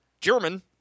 German